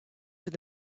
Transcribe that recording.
for